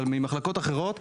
אבל ממחלקות אחרות,